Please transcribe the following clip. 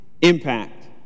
Impact